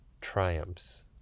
triumphs